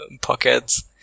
pockets